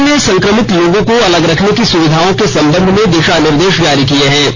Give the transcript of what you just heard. केन्द्र ने संक्रमित लोगों को अलग रखने की सुविधाओं के संबंध में दिशानिर्देश जारी किये हैं